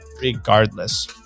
regardless